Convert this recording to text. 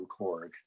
Korg